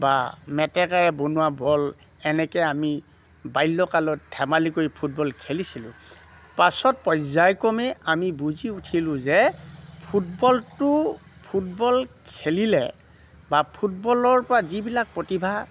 বা মেটেকাৰে বনোৱা বল এনেকে আমি বাল্যকালত ধেমালি কৰি ফুটবল খেলিছিলোঁ পাছত পৰ্যায়ক্ৰমে আমি বুজি উঠিলোঁ যে ফুটবলটো ফুটবল খেলিলে বা ফুটবলৰ পৰা যিবিলাক প্ৰতিভা